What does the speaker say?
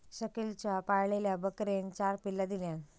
शकिलच्या पाळलेल्या बकरेन चार पिल्ला दिल्यान